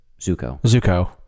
Zuko